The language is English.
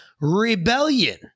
rebellion